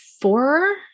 four